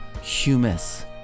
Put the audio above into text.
humus